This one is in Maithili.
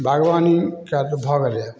बागवानीके तऽ भऽ गेलै